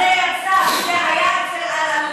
אבל זה יצא, וזה היה אצל אלאלוף,